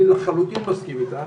אני לחלוטין מסכים אתך